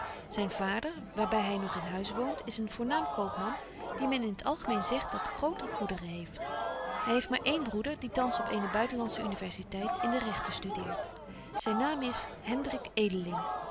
zyn vader waar by hy nog in huis woont is een voornaam koopman die men in t algemeen zegt dat groote goederen heeft hy heeft maar één broeder die thans op eene buitenlandsche universiteit in de rechten studeert zyn naam is hendrik